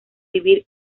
vivir